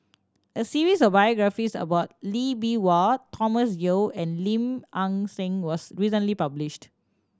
a series of biographies about Lee Bee Wah Thomas Yeo and Lim Nang Seng was recently published